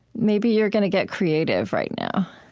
maybe you're gonna get creative right now.